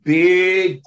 big